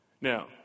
Now